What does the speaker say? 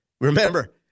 Remember